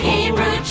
Hebrew